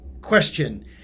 question